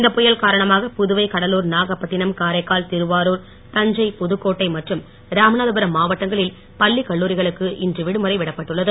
இந்தபுயல் காரணமாக புதுவை கடலூர் நாகப்பட்டினம் காரைக்கால் திருவாருர் தஞ்சை புதுக்கோட்டை மற்றும் ராமநாதபுரம் மாவட்டங்களில் பள்ளிக் கல்லூரிகளுக்கு இன்று விடுமுறை விடப்பட்டுள்ளது